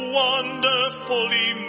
wonderfully